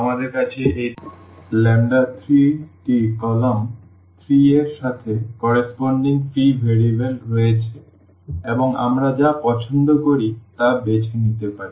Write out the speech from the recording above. আমাদের কাছে এই 3 টি কলাম 3 এর সাথে সামঞ্জস্যপূর্ণ ফ্রি ভেরিয়েবল রয়েছে এবং আমরা যা পছন্দ করি তা বেছে নিতে পারি